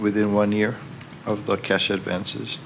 within one year of the cash advances